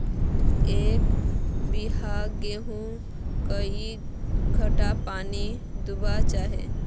एक बिगहा गेँहूत कई घंटा पानी दुबा होचए?